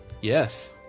Yes